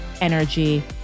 energy